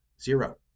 zero